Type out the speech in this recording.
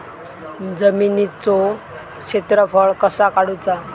जमिनीचो क्षेत्रफळ कसा काढुचा?